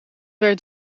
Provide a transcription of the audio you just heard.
werd